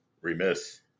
remiss